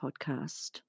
podcast